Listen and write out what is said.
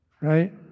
right